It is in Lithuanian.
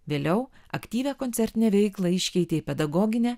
vėliau aktyvią koncertinę veiklą iškeitė į pedagoginę